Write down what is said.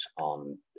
on